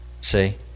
See